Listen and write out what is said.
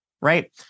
right